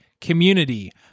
Community